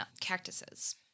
cactuses